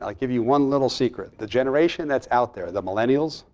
like give you one little secret. the generation that's out there, the millennials,